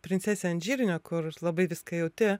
princesė ant žirnio kur labai viską jauti